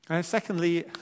Secondly